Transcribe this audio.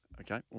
Okay